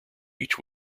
each